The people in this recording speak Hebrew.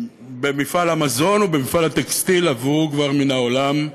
במפעל המזון או במפעל הטקסטיל, עברה כבר מן העולם,